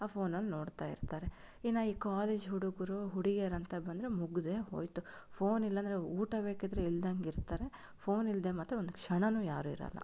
ಆ ಫ಼ೋನನ್ನು ನೋಡ್ತಾ ಇರ್ತಾರೆ ಇನ್ನು ಈ ಕಾಲೇಜ್ ಹುಡುಗರು ಹುಡುಗಿಯರಂತ ಬಂದರೆ ಮುಗಿದೆ ಹೋಯಿತು ಫ಼ೋನ್ ಇಲ್ಲಾಂದ್ರೆ ಊಟ ಬೇಕಿದ್ರೂ ಇಲ್ಲದಂಗೆ ಇರ್ತಾರೆ ಫ಼ೋನ್ ಇಲ್ಲದೆ ಮಾತ್ರ ಒಂದು ಕ್ಷಣನೂ ಯಾರು ಇರಲ್ಲ